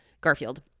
Garfield